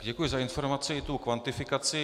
Děkuji za informaci i tu kvantifikaci.